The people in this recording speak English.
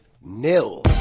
nil